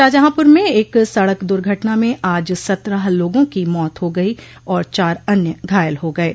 शाहजहांपुर में एक सड़क दुर्घटना में आज सत्रह लोगों की मौत हो गई और चार अन्य घायल हो गये